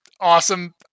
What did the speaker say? awesome